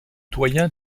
doyen